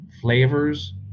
flavors